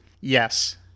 Yes